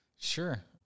Sure